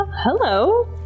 hello